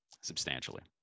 substantially